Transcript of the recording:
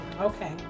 Okay